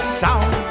sound